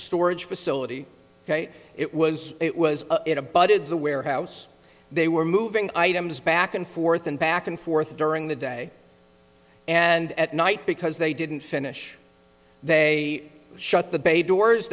storage facility ok it was it was it a budded the warehouse they were moving items back and forth and back and forth during the day and at night because they didn't finish they shut the bay doors